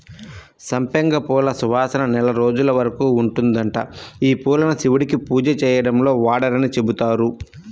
సంపెంగ పూల సువాసన నెల రోజుల వరకు ఉంటదంట, యీ పూలను శివుడికి పూజ చేయడంలో వాడరని చెబుతారు